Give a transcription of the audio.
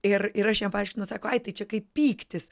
ir ir aš jam paaiškinu sako ai tai čia kaip pyktis